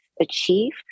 achieve